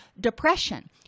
depression